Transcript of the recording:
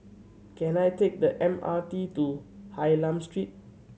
can I take the M R T to Hylam Street